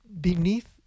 beneath